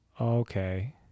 Okay